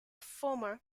former